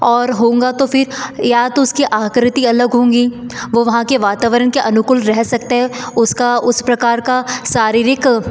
और होगा तो फिर या तो उसकी आकृति अलग होगी वो वहाँ के वातावरण के अनुकूल रह सकते हो उसका उस प्रकार का शारीरिक